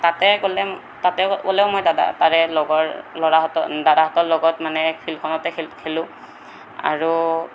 তাতে গ'লে তাতে গ'লেও মই দাদা তাৰে লগৰ লৰাহঁতৰ দাদাহঁতৰ লগত মানে ফিল্ডখনতে খেল খেলোঁ আৰু